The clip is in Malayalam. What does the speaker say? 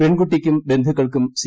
പെൺകുട്ടിക്കും ബന്ധുക്കൾക്കും സി